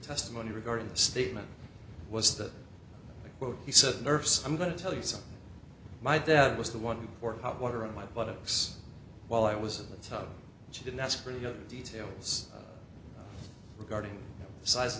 testimony regarding the statement was that what he said nurse i'm going to tell you something my dad was the one for hot water on my buttocks while i was in the tub she didn't ask for you know details regarding siz